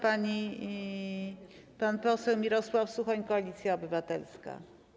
Pan poseł Mirosław Suchoń, Koalicja Obywatelska.